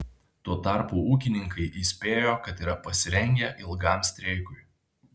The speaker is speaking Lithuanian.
tuo tarpu ūkininkai įspėjo kad yra pasirengę ilgam streikui